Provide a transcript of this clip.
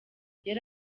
yari